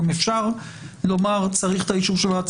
גם אפשר לומר שצריך את האישור של ועדת